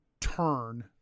turn